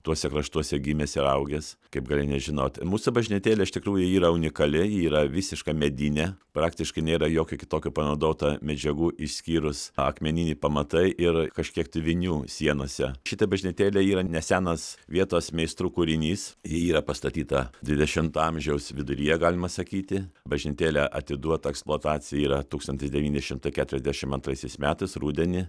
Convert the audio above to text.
tuose kraštuose gimęs ir augęs kaip gali nežinot mūsų bažnytėlė iš tikrųjų yra unikali ji yra visiška medinė praktiškai nėra jokių kitokių panaudota medžiagų išskyrus akmeniniai pamatai ir kažkiek tai vinių sienose šita bažnytėlė yra nesenas vietos meistrų kūrinys ji yra pastatyta dvidešimto amžiaus viduryje galima sakyti bažnytėlė atiduota eksploatacijai yra tūkstantis devyni šimtai keturiasdešim antraisiais metais rudenį